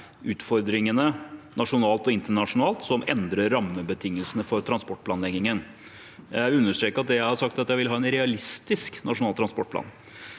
utfordringene, nasjonalt og internasjonalt, som endrer rammebetingelsene for transportplanleggingen. Jeg vil understreke at det jeg har sagt, er at jeg vil ha en realistisk Nasjonal transportplan.